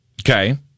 Okay